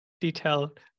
detailed